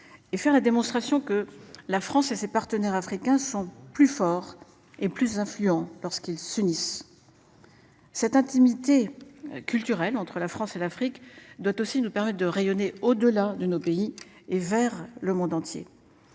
et faire la démonstration que la France et ses partenaires africains sont plus fort et plus influent lorsqu'ils s'unissent. Cette intimité culturelle entre la France et l'Afrique doit aussi nous permettent de rayonner au-delà de nos pays et vers le monde entier.